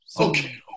Okay